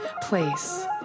place